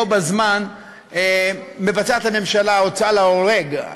בו בזמן הממשלה מבצעת הוצאה להורג,